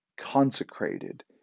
consecrated